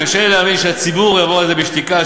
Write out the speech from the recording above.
קשה לי להאמין שהציבור יעבור על זה בשתיקה,